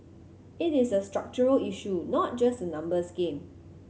it is a structural issue not just a numbers game